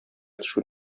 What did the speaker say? төшү